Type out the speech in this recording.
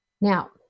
Now